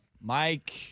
Mike